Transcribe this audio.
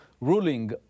ruling